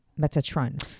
Metatron